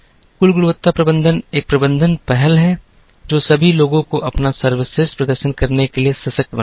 कुल गुणवत्ता प्रबंधन एक प्रबंधन पहल है जो सभी लोगों को अपना सर्वश्रेष्ठ प्रदर्शन करने के लिए सशक्त बनाता है